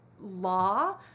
law